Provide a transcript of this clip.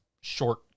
short